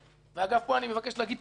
ופה אני מבקש לומר תודה,